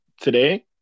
today